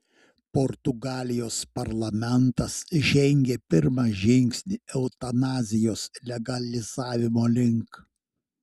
portugalijos parlamentas žengė pirmą žingsnį eutanazijos legalizavimo link